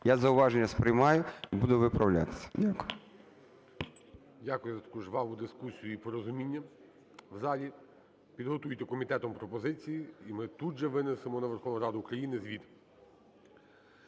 Я зауваження сприймаю і буду виправлятися. Дякую. ГОЛОВУЮЧИЙ. Дякую за таку жваву дискусію і порозуміння в залі. Підготуйте комітетом пропозиції, і ми тут же винесемо на Верховну Раду України звіт.